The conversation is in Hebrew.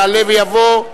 יעלה ויבוא,